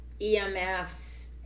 EMFs